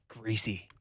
greasy